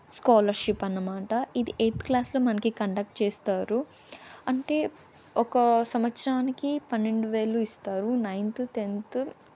scholarship అన్నమాట ఇది eighth క్లాస్లో మనకి కండక్ట్ చేస్తారు అంటే ఒక సంవత్సరానికి పన్నెండు వేలు ఇస్తారు నైన్త్ టెంత్